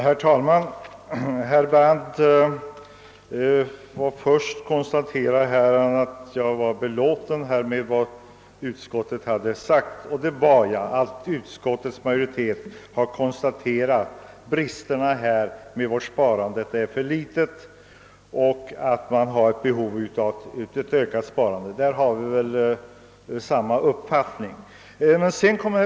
Herr talman! Herr Brandt konstaterade först att jag var belåten med vad utskottet anfört. Jag håller med om det. Vårt sparande är för litet, och det behövs ett ökat sparande — därvidlag har jag samma uppfattning som utskottet.